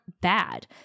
bad